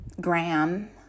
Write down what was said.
Graham